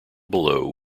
below